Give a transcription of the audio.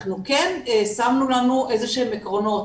אנחנו כן שמנו לנו איזה שהן עקרונות,